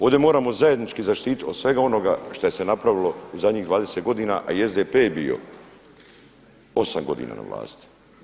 Ovdje moramo zajednički zaštititi od svega onoga što se napravilo u zadnjih 20 godina, a i SDP je bio osam godina na vlasti.